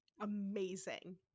amazing